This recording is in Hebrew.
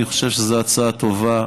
אני חושב שזו הצעה טובה.